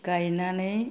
गायनानै